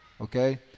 Okay